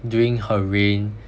during her reign